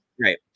right